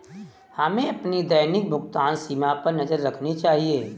हमें अपनी दैनिक भुगतान सीमा पर नज़र रखनी चाहिए